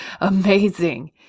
amazing